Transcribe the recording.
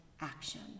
action